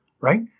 right